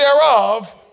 thereof